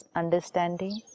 understanding